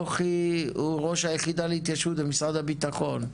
נוחי הוא ראש היחידה להתיישבות במשרד הביטחון.